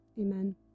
Amen